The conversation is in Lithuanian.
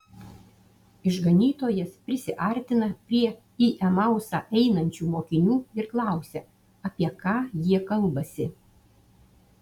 išganytojas prisiartina prie į emausą einančių mokinių ir klausia apie ką jie kalbasi